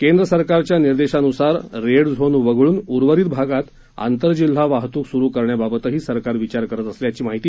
केंद्र सरकारच्या निर्देशांन्सार रेड झोन वगळून उर्वरित भागात आंतरजिल्हा वाहतूक सुरु करण्याबाबतही सरकार विचार करत असल्याची माहितीही त्यांनी दिली